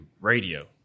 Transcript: radio